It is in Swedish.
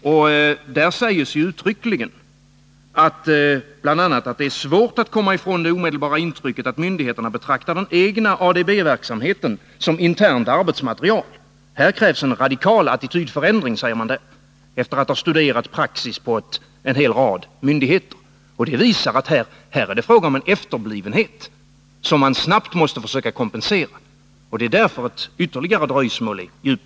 I den sägs det uttryckligen bl.a. att det är svårt att komma ifrån det omedelbara intrycket att myndigheterna betraktar uppgifter från den egna ADB-verksamheten som internt arbetsmaterial. Här krävs en radikal attitydförändring, säger man efter att ha studerat praxis på en rad myndigheter. Detta visar att det här är fråga om en efterblivenhet, som vi Nr 126 snabbt måste försöka kompensera. Därför är ett ytterligare dröjsmål djupt